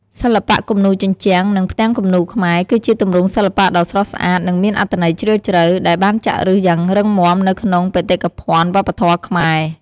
សិល្បៈគំនូរជញ្ជាំង និងផ្ទាំងគំនូរខ្មែរ គឺជាទម្រង់សិល្បៈដ៏ស្រស់ស្អាត និងមានអត្ថន័យជ្រាលជ្រៅ ដែលបានចាក់ឫសយ៉ាងរឹងមាំនៅក្នុងបេតិកភណ្ឌវប្បធម៌ខ្មែរ។